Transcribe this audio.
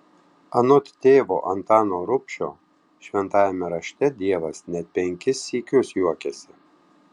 anot tėvo antano rubšio šventajame rašte dievas net penkis sykius juokiasi